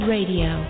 Radio